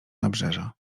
nabrzeża